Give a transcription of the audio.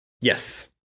Yes